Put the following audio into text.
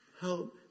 Help